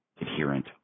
adherent